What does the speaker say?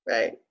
Right